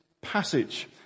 passage